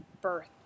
birth